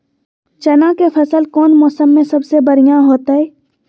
चना के फसल कौन मौसम में सबसे बढ़िया होतय?